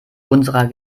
unserer